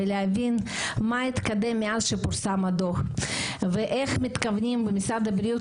ולהבין מה התקדם מאז שפורסם הדוח ואיך מתכוונים במשרד הבריאות